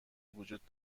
وجود